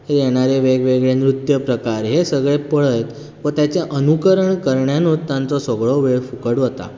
येणारें वेगवेगळे नृत्य प्रकार हे सगळें पळयत व ताचें अनुकरण करण्यानूच तांचो सगळो वेळ फुकट वता